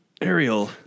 Ariel